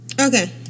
Okay